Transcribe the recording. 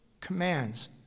commands